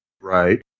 Right